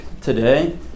today